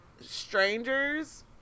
strangers